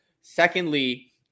Secondly